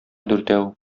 дүртәү